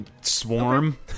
swarm